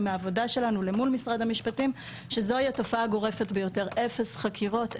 ומהעבודה שלנו למול משרד המשפטים שזוהי תופעה גורפת ביותר אפס חקירות,